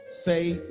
say